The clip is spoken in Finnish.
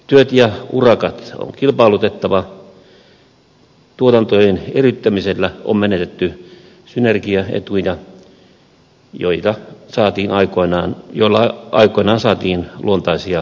työt ja urakat on kilpailutettava tuotantojen eriyttämisellä on menetetty synergiaetuja joilla aikoinaan saatiin luontaisia säästöjä